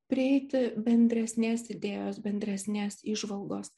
prieiti bendresnės idėjos bendresnės įžvalgos